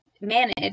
manage